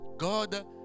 God